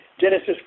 Genesis